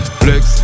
flex